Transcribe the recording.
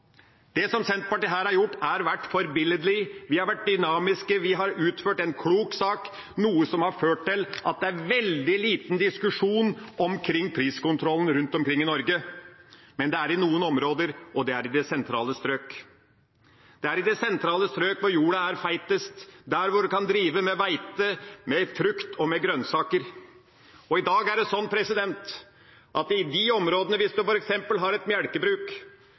Det som Senterpartiet her har gjort, har vært forbilledlig. Vi har vært dynamiske. Vi har utført en klok sak, noe som har ført til at det er veldig liten diskusjon om priskontrollen rundt omkring i Norge. Men det skjer i noen områder, og det er i de sentrale strøk. Det er i de sentrale strøk, hvor jorda er feitest, der hvor en kan drive med hvete, med frukt og med grønnsaker. I dag er det sånn at i de områdene, hvis en f.eks. har et